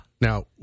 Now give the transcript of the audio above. now